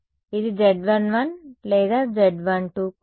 ఇది Z 1 1 లేదా Z 1 2 కాదు